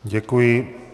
Děkuji.